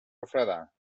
refredar